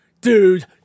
dude